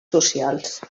socials